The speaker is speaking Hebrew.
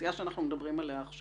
האוכלוסייה עליה אנחנו מדברים עכשיו,